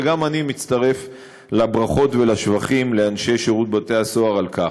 וגם אני מצטרף לברכות ולשבחים לאנשי שירות בתי-הסוהר על כך.